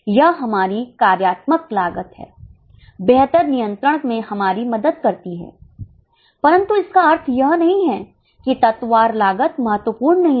यह हमारी कार्यात्मक लागत है बेहतर नियंत्रण में हमारी मदद करती है परंतु इसका अर्थ यह नहीं है कि तत्व वार लागत महत्वपूर्ण नहीं है